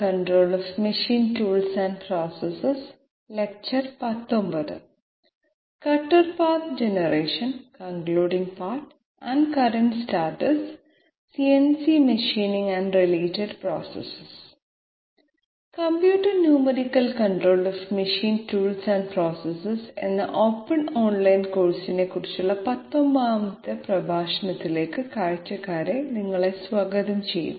cutter path generation concluding part and current status CNC machining and related processes computer numerical control of machine tools and process എന്ന open online കോഴ്സിനെക്കുറിച്ചുള്ള 19 ാമത് പ്രഭാഷണത്തിലേക്ക് കാഴ്ചക്കാരെ സ്വാഗതം ചെയ്യുന്നു